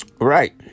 Right